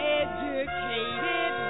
educated